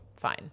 Fine